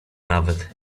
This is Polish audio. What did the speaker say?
nawet